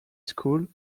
school